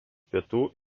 pietų